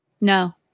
No